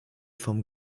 vom